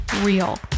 real